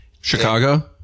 Chicago